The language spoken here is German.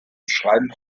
schreiben